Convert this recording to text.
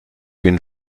bin